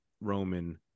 roman